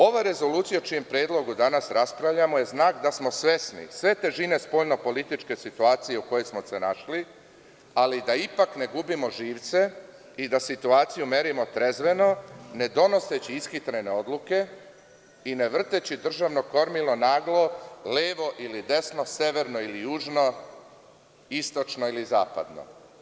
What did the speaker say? Ova rezolucija o čijem predlogu danas raspravljamo je znak da smo svesni sve težine spoljno-političke situacije u kojoj smo se našli, ali da ipak ne gubimo živce i da situacijom merimo trezveno, ne donoseći ishitrene odluke i ne vrteći državno kormilo naglo levo ili desno, severno ili južno, istočno ili zapadno.